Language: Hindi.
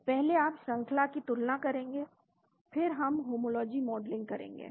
तो पहले आप श्रंखला की तुलना करेंगे फिर हम होमोलॉजी मॉडलिंग करेंगे